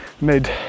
mid